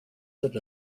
that